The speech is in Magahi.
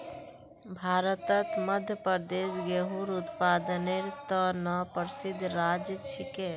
भारतत मध्य प्रदेश गेहूंर उत्पादनेर त न प्रसिद्ध राज्य छिके